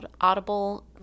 Audible